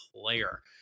player